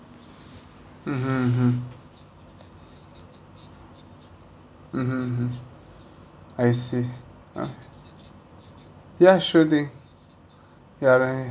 mmhmm mmhmm mmhmm mmhmm I see uh ya sure thing ya I